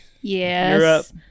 Yes